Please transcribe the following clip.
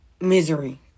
Misery